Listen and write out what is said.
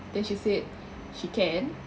then she said she can